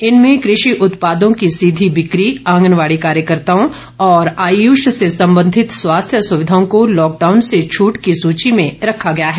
इनमें कृषि उत्पादों की सीधी बिक्री आंगनवाड़ी कार्यकर्ताओं और आयुष से संबंधित स्वास्थ्य सुविधाओं को लॉकडाउन से छूट की सूची में रखा गया है